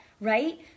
right